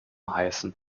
heißen